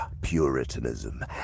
Puritanism